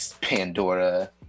Pandora